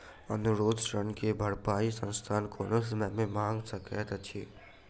अनुरोध ऋण के भरपाई संस्थान कोनो समय मे मांग कय सकैत अछि